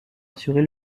assurer